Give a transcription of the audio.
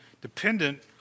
dependent